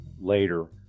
later